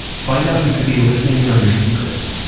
find out who could be listening in on your secrets,